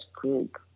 group